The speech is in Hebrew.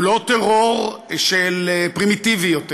הוא לא טרור פרימיטיבי יותר.